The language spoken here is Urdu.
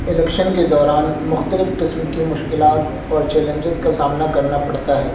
الیکشن کے دوران مختلف قسم کی مشکلات اور چیلنجز کا سامنا کرنا پڑتا ہے